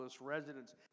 Residence